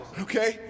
okay